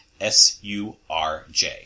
S-U-R-J